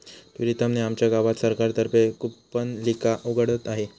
प्रीतम ने आमच्या गावात सरकार तर्फे कूपनलिका उघडत आहे